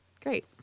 great